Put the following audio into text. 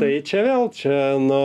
tai čia vėl čia no